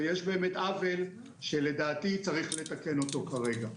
ויש באמת עוול שלדעתי צריך לתקן אותו כרגע.